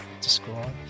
describe